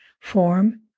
form